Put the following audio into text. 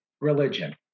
Religion